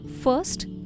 first